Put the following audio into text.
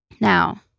now